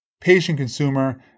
patient-consumer